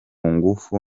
ngufu